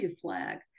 flag